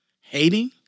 hating